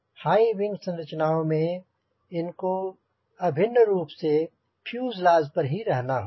high wing संरचनाओं में इनको अभिन्न रूप से फ्यूजलाज पर ही रहना होगा